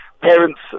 Parents